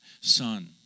Son